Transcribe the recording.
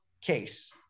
case